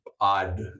odd